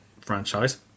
franchise